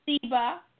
Seba